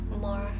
more